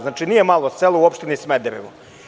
Znači, nije malo selo u opštini Smederevo.